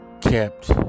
Kept